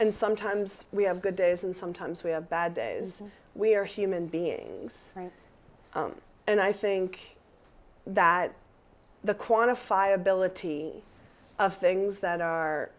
and sometimes we have good days and sometimes we have bad days we are human beings and i think that the quantify ability of things that are